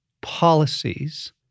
policies